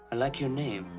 like your name.